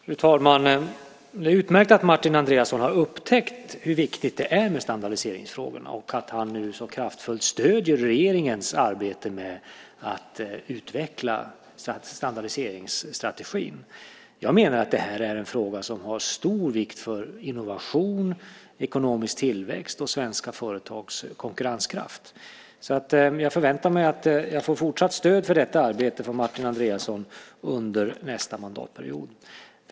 Fru talman! Det är utmärkt att Martin Andreasson har upptäckt hur viktiga standardiseringsfrågorna är och att han nu så kraftfullt stöder regeringens arbete med att utveckla standardiseringsstrategin. Jag menar att detta är en fråga som är av stor vikt för innovation, ekonomisk tillväxt och svenska företags konkurrenskraft. Jag förväntar mig därför att jag får ett fortsatt stöd för detta arbete från Martin Andreasson under nästa mandatperiod.